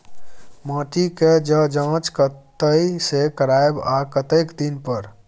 माटी के ज जॉंच कतय से करायब आ कतेक दिन पर?